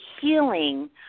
healing